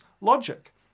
logic